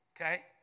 Okay